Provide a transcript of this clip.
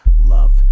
love